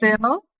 Phil